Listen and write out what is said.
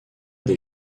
des